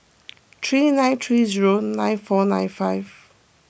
three nine three zero nine four nine five